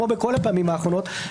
כמו בכל הפעמים האחרונות,